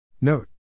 Note